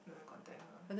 where got tell